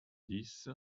dix